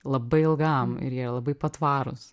labai ilgam ir jie yra labai patvarūs